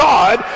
God